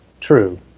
True